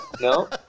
No